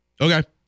okay